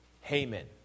Haman